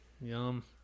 Yum